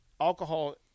alcohol